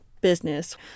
business